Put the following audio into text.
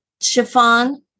chiffon